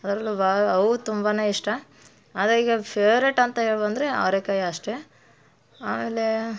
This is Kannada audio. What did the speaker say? ಅದ್ರಲ್ಲೂ ಬಾ ಅವು ತುಂಬಾ ಇಷ್ಟ ಹಾಗಾಗಿ ಅದು ಫೇವ್ರೇಟ್ ಅಂತ ಹೇಳ್ಬೋದು ಅಂದರೆ ಅವ್ರೆಕಾಯಿ ಅಷ್ಟೇ ಆಮೇಲೆ